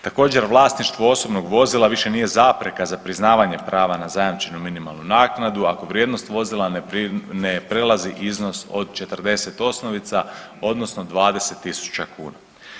Također, vlasništvo osobnog vozila više nije zapreka za priznavanje prava na zajamčenu minimalnu naknadu ako vrijednost vozila ne prelazi iznos od 40 osnovica odnosno 20 tisuća kuna.